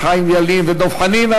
חיים ילין ודב חנין.